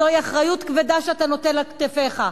זוהי אחריות כבדה שאתה נוטל על כתפיך.